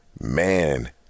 Man